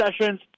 sessions